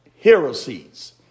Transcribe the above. heresies